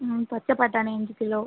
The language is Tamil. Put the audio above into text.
ம் பச்சை பட்டாணி அஞ்சு கிலோ